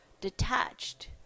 detached